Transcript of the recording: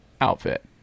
outfit